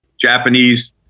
japanese